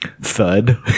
Thud